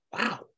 wow